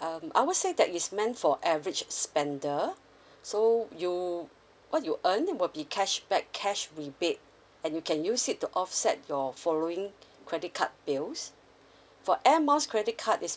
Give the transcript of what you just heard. um I would say that is meant for average spender so you what you earn will be cashback cash rebate and you can use it to offset your following credit card bills for air miles credit card is